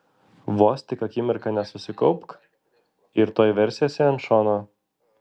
vos tik akimirką nesusikaupk ir tuoj versiesi ant šono